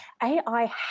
AI